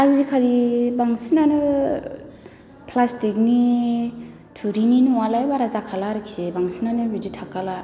आजिखालि बांसिनानो फ्लासथिखनि थुरिनि न'आलाय बारा जाखाला आरखि बांसिनानो बिदि थाखाला